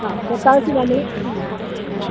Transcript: ആ പൊട്ടാഷ് നമ്മൾ മ് അ